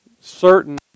certain